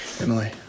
Emily